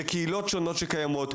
לקהילות שונות שקיימות,